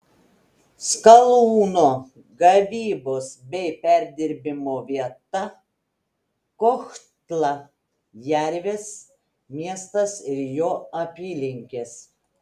skalūno gavybos bei perdirbimo vieta kohtla jervės miestas ir jo apylinkės